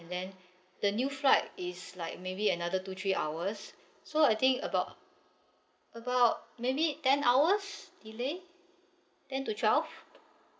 and then the new flight is like maybe another two three hours so I think about about maybe ten hours delay ten to twelve